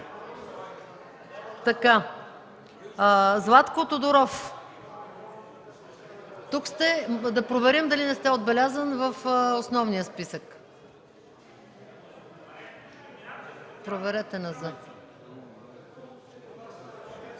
Златко Тодоров – да проверим дали не сте отбелязан в основния.